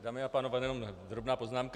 Dámy a pánové, jenom drobná poznámka.